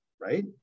right